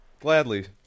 Gladly